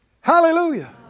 Hallelujah